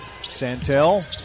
Santel